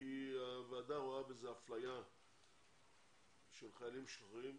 כי הוועדה רואה בזה אפליה של חיילים משוחררים,